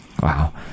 Wow